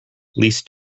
least